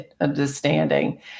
understanding